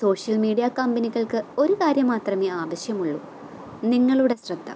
social media കമ്പനികൾക്ക് ഒരു കാര്യം മാത്രമെ ആവശ്യമുള്ളൂ നിങ്ങളുടെ ശ്രദ്ധ